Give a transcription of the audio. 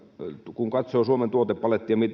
kun katsoo suomen tuotepalettia